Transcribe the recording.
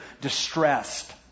distressed